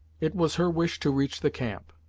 it was her wish to reach the camp,